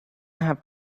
have